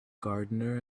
gardener